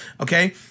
okay